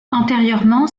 antérieurement